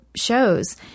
shows